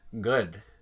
good